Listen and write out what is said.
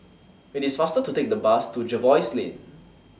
IT IS faster to Take The Bus to Jervois Lane